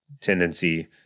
tendency